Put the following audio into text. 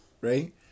right